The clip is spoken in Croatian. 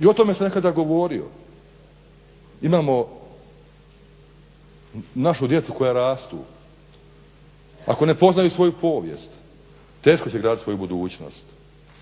I o tome se nekada govorilo. Imamo našu djecu koja rastu. Ako ne poznaju svoju povijest teško će gradit svoju budućnost